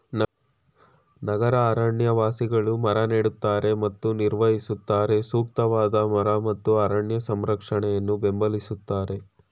ನಗರ ಅರಣ್ಯವಾಸಿಗಳು ಮರ ನೆಡ್ತಾರೆ ಮತ್ತು ನಿರ್ವಹಿಸುತ್ತಾರೆ ಸೂಕ್ತವಾದ ಮರ ಮತ್ತು ಅರಣ್ಯ ಸಂರಕ್ಷಣೆಯನ್ನು ಬೆಂಬಲಿಸ್ತಾರೆ